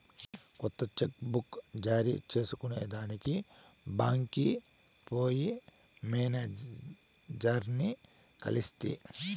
కొత్త cheque book జారీ చేయించుకొనేదానికి బాంక్కి పోయి మేనేజర్లని కలిస్తి